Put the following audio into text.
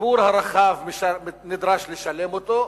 הציבור הרחב נדרש לשלם אותו,